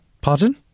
Pardon